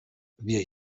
wir